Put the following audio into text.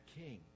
king